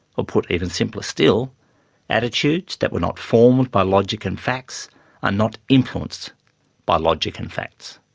or put even simpler still attitudes that were not formed by logic and facts are not influenced by logic and facts!